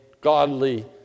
godly